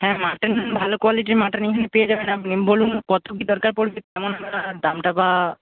হ্যাঁ মাটন ভালো কোয়ালিটির মাটন এখানে পেয়ে যাবেন আপনি বলুন কতো কী দরকার পড়বে কেমন দামটা বা